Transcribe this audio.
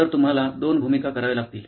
तर तुम्हाला दोन भूमिका कराव्या लागतील